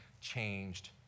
changed